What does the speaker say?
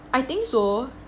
I think so